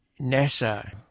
NASA